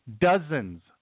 Dozens